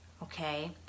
Okay